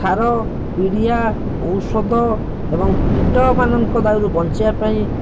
ସାର ପିଡ଼ିଆ ଔଷଧ ଏବଂ କୀଟମାନଙ୍କ ଦାଉରୁ ବଞ୍ଚିବାପାଇଁ